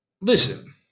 listen